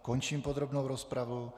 Končím podrobnou rozpravu.